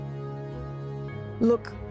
look